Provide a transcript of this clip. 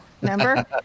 remember